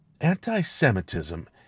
Anti-Semitism